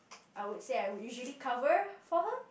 I would say I would usually cover for her